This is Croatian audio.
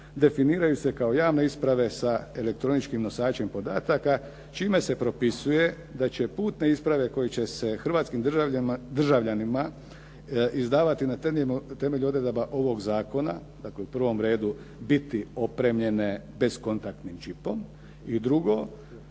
definiraju se kao javne isprave sa elektroničkim nosačem podataka čime se propisuje da će putne isprave koje će se hrvatskim državljanima izdavati na temelju odredaba ovog zakona, u prvom redu biti opremljene beskontaktnim čipom. I drugo,